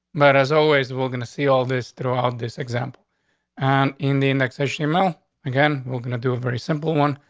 but as always, we're going to see all this throughout this example on and in the indexation email again, we're gonna do a very simple one.